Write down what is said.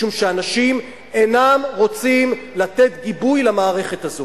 משום שאנשים אינם רוצים לתת גיבוי למערכת הזאת.